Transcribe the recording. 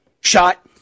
shot